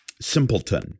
simpleton